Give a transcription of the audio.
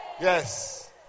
Yes